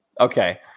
Okay